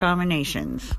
combinations